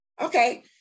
okay